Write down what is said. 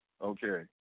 okay